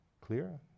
clear